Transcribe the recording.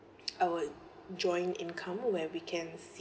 our joint income where we can see